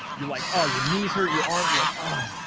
you're like, oh, your knees hurt, your arm, you're like, ah